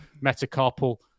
metacarpal